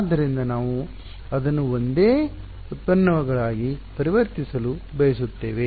ಆದ್ದರಿಂದ ನಾವು ಅದನ್ನು ಒಂದೇ ಉತ್ಪನ್ನಗಳಾಗಿ ಪರಿವರ್ತಿಸಲು ಬಯಸುತ್ತೇವೆ